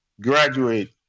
graduate